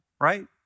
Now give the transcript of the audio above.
right